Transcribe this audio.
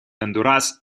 гондурас